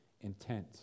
intent